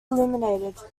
illuminated